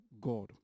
God